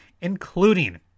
including